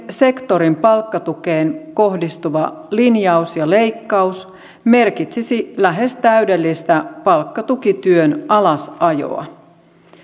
sektorin palkkatukeen kohdistuva linjaus ja leikkaus merkitsisi lähes täydellistä palkkatukityön alasajoa